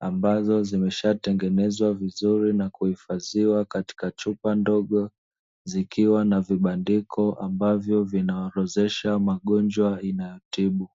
ambazo zimeshatengenezwa vizuri na kuhifadhiwa katika chupa ndogo zikiwa na vibandiko ambavyo vinaorodhesha magonjwa inayotibu.